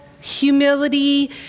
humility